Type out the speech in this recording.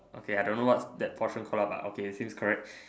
okay I don't know what that portion call lah but okay it seems correct